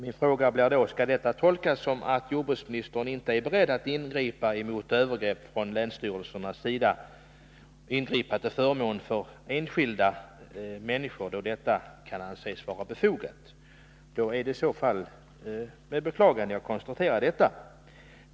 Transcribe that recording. Min fråga blir då: Skall detta tolkas så, att jordbruksministern inte är beredd att ingripa till förmån för enskilda människor när det gäller övergrepp från länsstyrelsernas sida, då det kan anses befogat? Det är i så fall med beklagande jag konstaterar detta.